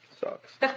Sucks